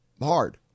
hard